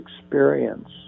experience